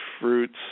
fruits